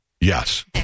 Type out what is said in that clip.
Yes